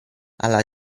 alla